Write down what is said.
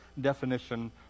definition